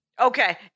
Okay